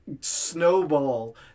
snowball